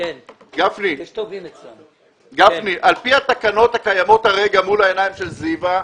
היום על פי התקנות הקיימות והן לעיניה של זיוה,